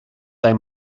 dai